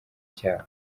cyawe